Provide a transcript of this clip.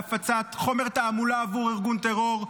בהפצת חומר תעמולה עבור ארגון טרור.